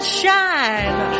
shine